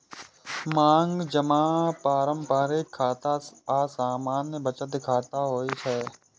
मांग जमा पारंपरिक खाता आ सामान्य बचत खाता होइ छै